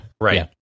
right